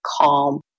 calm